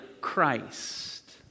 Christ